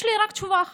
יש לי רק תשובה אחת: